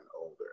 older